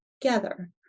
together